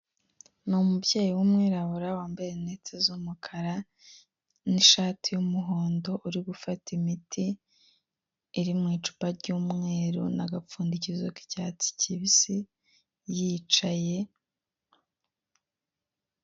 Ni umubyeyi w'umwirabura wambaye rinete z'umukara n'ishati y'umuhondo, uri gufata imiti iri mu icupa ry'umweru n'agapfundikizo k'icyatsi kibisi yicaye.